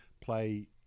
play